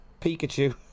Pikachu